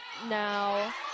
now